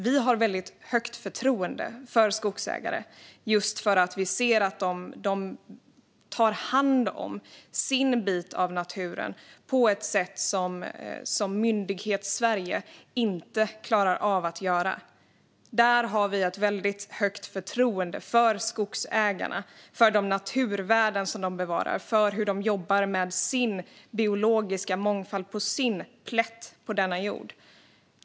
Vi har väldigt högt förtroende för skogsägare just för att vi ser att de tar hand om sin bit av naturen på ett sätt som Myndighetssverige inte klarar av att göra. Där har vi ett väldigt högt förtroende för skogsägarna, för de naturvärden som de bevarar och för hur de jobbar med biologisk mångfald på sin egen plätt på denna jord.